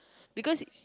because